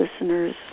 listeners